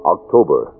October